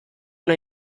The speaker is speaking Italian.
una